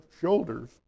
shoulders